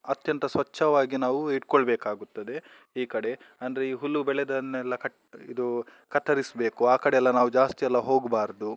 ಅತ್ಯಂತ ಸ್ವಚ್ಛವಾಗಿ ನಾವು ಇಟ್ಕೊಳ್ಳಬೇಕಾಗುತ್ತದೆ ಈ ಕಡೆ ಅಂದರೆ ಈ ಹುಲ್ಲು ಬೆಳೆದನ್ನೆಲ್ಲ ಕಟ್ ಇದು ಕತ್ತರಿಸಬೇಕು ಆ ಕಡೆ ಎಲ್ಲ ನಾವು ಜಾಸ್ತಿ ಎಲ್ಲ ಹೋಗಬಾರ್ದು